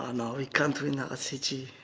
ah no, we can't win at city!